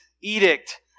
edict